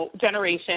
generation